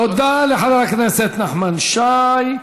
תודה לחבר הכנסת נחמן שי.